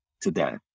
today